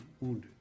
wounded